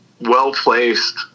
well-placed